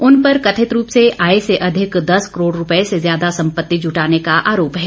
उन पर कथित रूप से आय से अधिक दस करोड़ रूपए से ज्यादा संपत्ति जुटाने का आरोप है